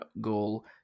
goal